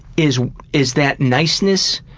is is that niceness